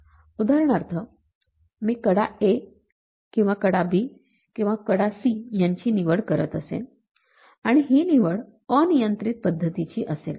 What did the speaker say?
उदाहरणार्थ मी कडा A किंवा कडा B किंवा कडा C यांची निवड करत असेन आणि हे निवड अनियंत्रित पद्धतीची असेल